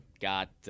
Got